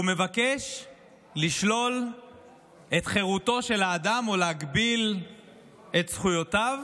הוא מבקש לשלול את חירותו של האדם או להגביל את זכויותיו